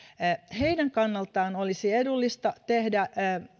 heidän kannaltaan olisi edullista tehdä